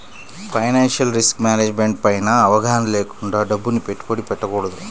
financial risk management పైన అవగాహన లేకుండా డబ్బుని పెట్టుబడి పెట్టకూడదు